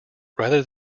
rather